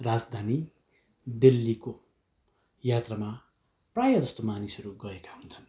राजधानी दिल्लीको यात्रामा प्रायःजस्तो मानिसहरू गएका हुन्छन्